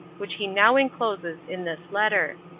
which he now encloses in this letter.